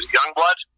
Youngblood